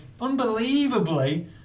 unbelievably